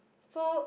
so